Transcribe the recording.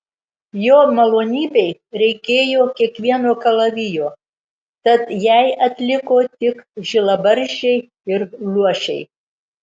jo malonybei reikėjo kiekvieno kalavijo tad jai atliko tik žilabarzdžiai ir luošiai